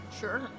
Sure